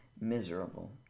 miserable